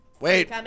Wait